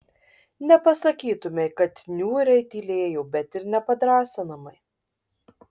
nepasakytumei kad niūriai tylėjo bet ir ne padrąsinamai